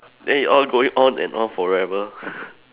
then he all going on and on forever